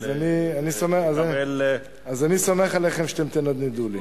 אני סומך עליכם שתנדנדו לי.